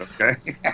Okay